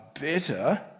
better